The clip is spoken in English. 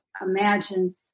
Imagine